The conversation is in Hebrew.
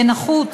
ונחוץ,